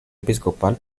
episcopal